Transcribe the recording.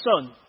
son